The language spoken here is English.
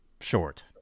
short